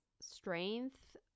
strength